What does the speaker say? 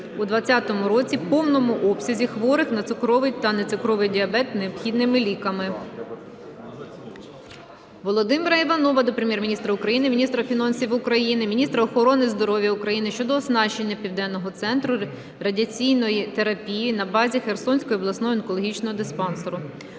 у 2020 році у повному обсязі хворих на цукровий та нецукровий діабет необхідними ліками. Володимира Іванова до Прем'єр-міністра України, міністра фінансів України, міністра охорони здоров'я України щодо оснащення Південного центру радіаційної терапії на базі Херсонського обласного онкологічного диспансеру.